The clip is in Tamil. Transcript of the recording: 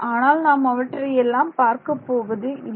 ஆனால் நாம் அவற்றை எல்லாம் பார்க்கப்போவது இல்லை